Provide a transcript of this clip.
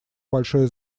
большое